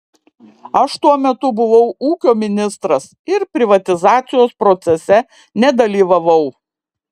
aš tuo metu buvau ūkio ministras ir privatizacijos procese nedalyvavau